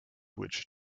which